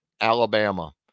Alabama